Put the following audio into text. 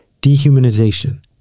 Dehumanization